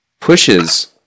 pushes